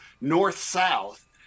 North-South